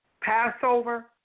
Passover